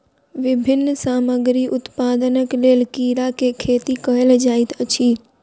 विभिन्न सामग्री उत्पादनक लेल कीड़ा के खेती कयल जाइत अछि